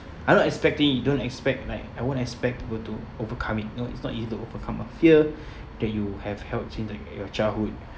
I'm not expecting it don't expect like I won't expect people to overcome it you know it's not easy to overcome a fear that you have had since like your childhood